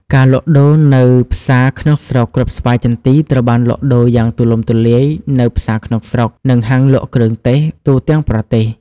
ការលក់ដូរនៅផ្សារក្នុងស្រុកគ្រាប់ស្វាយចន្ទីត្រូវបានលក់ដូរយ៉ាងទូលំទូលាយនៅ ផ្សារក្នុងស្រុក និងហាងលក់គ្រឿងទេស ទូទាំងប្រទេស។